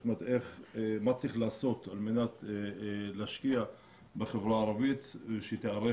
זאת אומרת מה צריך לעשות על מנת להשקיע בחברה הערבית שתיערך